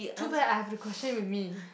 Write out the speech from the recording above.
too bad I have the question with me